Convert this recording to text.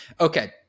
Okay